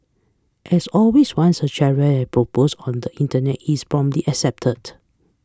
as always once a has propose on the Internet is promptly accepted